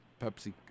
Pepsi